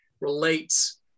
relates